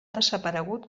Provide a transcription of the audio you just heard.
desaparegut